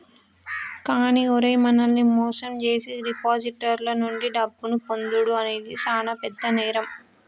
కానీ ఓరై మనల్ని మోసం జేసీ డిపాజిటర్ల నుండి డబ్బును పొందుడు అనేది సాన పెద్ద నేరం